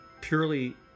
purely